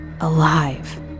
alive